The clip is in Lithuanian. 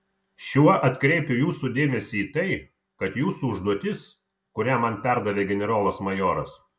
šiuo atkreipiu jūsų dėmesį į tai kad jūsų užduotis kurią man perdavė generolas majoras